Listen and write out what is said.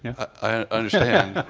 i understand.